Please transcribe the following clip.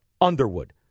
Underwood